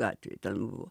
gatvė ten buvo